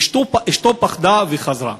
אשתו פחדה וחזרה.